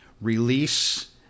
release